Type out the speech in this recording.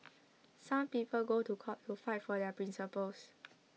some people go to court to fight for their principles